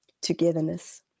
togetherness